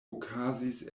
okazis